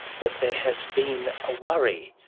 that there has been a worry.